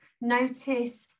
notice